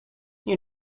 you